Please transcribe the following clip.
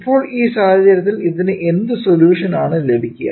ഇപ്പോൾ ഈ സാഹചര്യത്തിൽ ഇതിനു എന്ത് സൊല്യൂഷൻ ആണ് ലഭിക്കുക